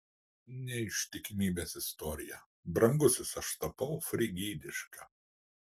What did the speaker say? neištikimybės istorija brangusis aš tapau frigidiška